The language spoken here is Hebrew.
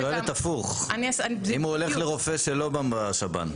היא שואלת הפוך, אם הוא הולך לרופא שלא בשב"ן.